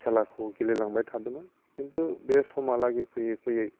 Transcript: खेलाखौ गेलेलांबाय थादोंमोन खिन्थु बे समालागै फैयै फैयै